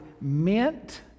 mint